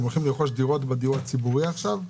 אתם הולכים לרכוש דירות בדיור הציבורי עכשיו?